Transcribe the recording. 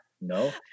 No